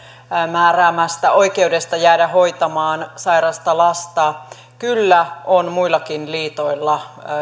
määräämästä oikeudesta jäädä hoitamaan sairasta lasta kyllä on muillakin liitoilla